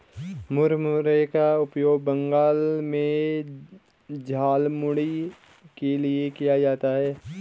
मुरमुरे का उपयोग बंगाल में झालमुड़ी के लिए किया जाता है